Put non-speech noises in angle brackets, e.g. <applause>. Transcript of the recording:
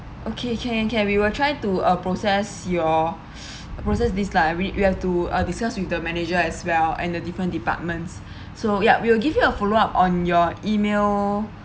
okay can can we will try to uh process your <breath> process this lah I really we have to uh discuss with the manager as well and the different departments <breath> so ya we will give you a follow up on your email